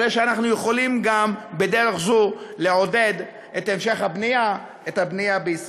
הרי אנחנו יכולים גם בדרך זו לעודד את המשך הבנייה בישראל.